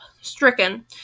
stricken